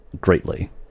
greatly